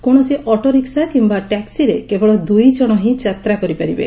କୌଣସି ଅଟୋରିକ୍ସା କିମ୍ୟା ଟ୍ୟାକ୍ିରେ କେବଳ ଦୁଇ ଜଶ ହିଁ ଯାତ୍ରା କରିପାରିବେ